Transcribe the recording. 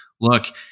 look